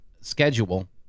schedule